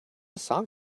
song